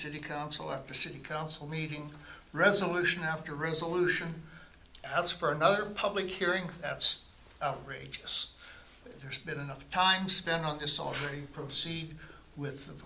city council after city council meeting resolution after resolution house for another public hearing that's outrageous there's been enough time spent on to solve proceed with